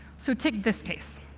so take this case,